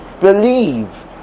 believe